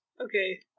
Okay